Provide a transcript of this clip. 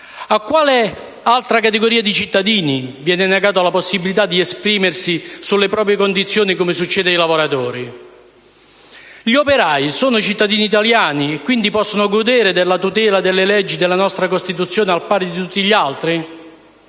a quale altra categoria di cittadini viene negata la possibilità di esprimersi sulle proprie condizioni come succede ai lavoratori? Gli operai sono cittadini italiani, quindi possono godere della tutela delle leggi e della nostra Costituzione, al pari di tutti gli altri?